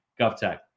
GovTech